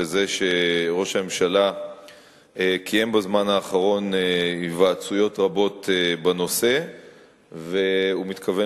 וזה שראש הממשלה קיים בזמן האחרון היוועצויות רבות בנושא והוא מתכוון